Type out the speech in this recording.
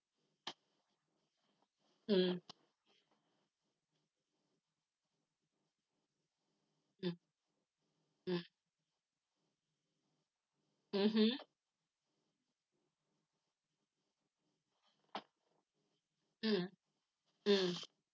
mm mm mm mmhmm mm mm